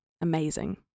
amazing